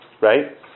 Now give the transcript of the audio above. Right